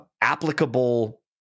applicable